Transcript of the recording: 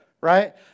right